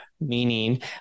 meaning